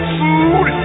food